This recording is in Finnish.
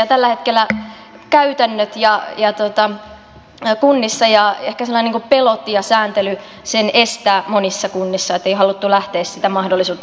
ja tällä hetkellä käytännöt kunnissa ja ehkä sellaiset pelot ja sääntely sen estävät monissa kunnissa niin että ei ole haluttu lähteä sitä mahdollisuutta tarjoamaan